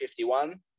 51